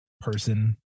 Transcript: person